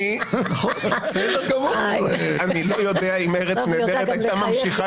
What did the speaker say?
אני לא יודע אם ארץ נהדרת הייתה ממשיכה